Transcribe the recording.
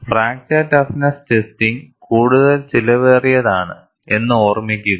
fracture toughness testing കൂടുതൽ ചെലവേറിയതാണ് എന്ന് ഓർമ്മിക്കുക